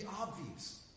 obvious